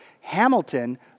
Hamilton